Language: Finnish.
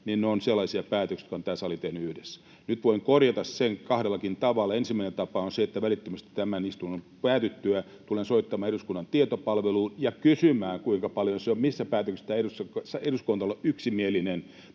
— on sellaisia päätöksiä, jotka on tämä sali tehnyt yhdessä. Nyt voin korjata sen kahdellakin tavalla. Ensimmäinen tapa on se, että välittömästi tämän istunnon päätyttyä tulen soittamaan eduskunnan tietopalveluun ja kysymään, kuinka paljon se on ja missä päätöksissä eduskunta on ollut yksimielinen